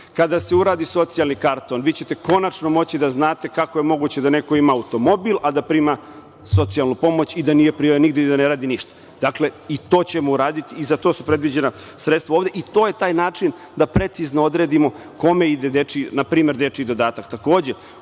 Kada se uradi socijalni karton vi ćete konačno moći da znate kako je moguće da neko ima automobil a da prima socijalnu pomoć i da nije prijavljen nigde i da ne radi ništa. I to ćemo uraditi i za to su predviđena sredstva ovde. I to je način da precizno odredimo kome ide npr. dečiji dodatak. Uvodi